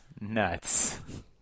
nuts